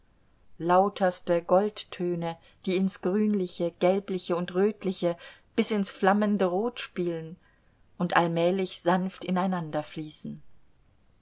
lauterste goldtöne die in's grünliche gelbliche und rötliche bis in's flammende rot spielen und allmählich sanft ineinanderfließen ein